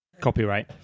Copyright